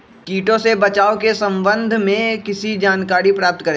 किटो से बचाव के सम्वन्ध में किसी जानकारी प्राप्त करें?